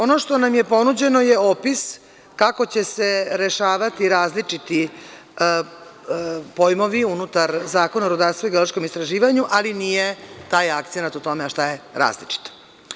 Ono što nam je ponuđeno je opis kako će se rešavati različiti pojmovi unutar Zakona o rudarstvu i geološkom istraživanju, ali nije taj akcenat na tome – a šta je različito.